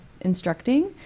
instructing